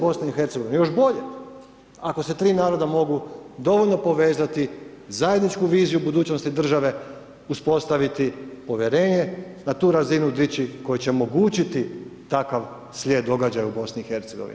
Još bolje, ako se tri naroda mogu dovoljno povezati, zajedničku viziju budućnosti države uspostaviti, povjerenje na tu razinu dići koje će omogućiti takav slijed događaja u BiH.